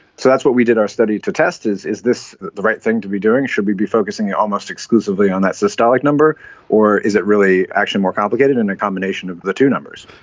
so that's what we did our study to test, is is this the right thing to be doing, should we be focusing almost exclusively on that systolic number or is it really actually more complicated and a combination of the two numbers?